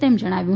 તેમ જણાવ્યું